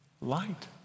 light